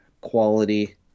quality